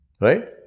right